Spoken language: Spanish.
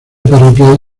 parroquial